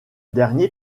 dernier